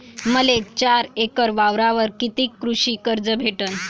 मले चार एकर वावरावर कितीक कृषी कर्ज भेटन?